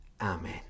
Amen